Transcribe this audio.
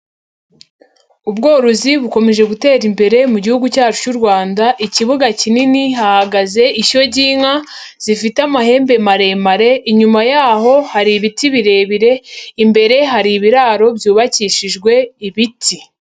Ubworozi bukomeje gutera imbere mu gihugu cyacu cy'u Rwanda, ikibuga kinini hahagaze ishyo ry'inka, zifite amahembe maremare, inyuma yaho hari ibiti birebire, imbere hari ibiraro byubakishijwe ibiti.